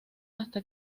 hasta